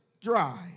dry